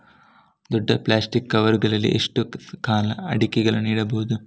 ದೊಡ್ಡ plastic cover ಗಳಲ್ಲಿ ಎಷ್ಟು ಕಾಲ ಅಡಿಕೆಗಳನ್ನು ಇಡಬಹುದು?